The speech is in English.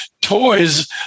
toys